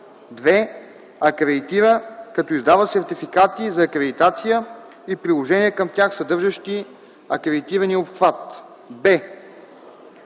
2. акредитира, като издава сертификати за акредитация и приложения към тях, съдържащи акредитирания обхват;”;